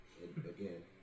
again